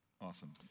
Awesome